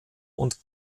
und